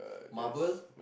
marble